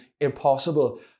impossible